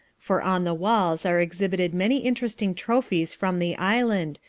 for on the walls are exhibited many interesting trophies from the island,